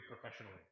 professionally